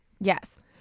Yes